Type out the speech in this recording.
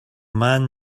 man